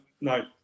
no